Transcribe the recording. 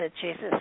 Jesus